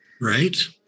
Right